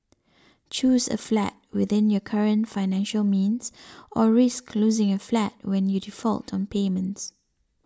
choose a flat within your current financial means or risk losing your flat when you default on payments